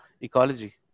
ecology